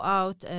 out